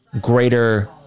greater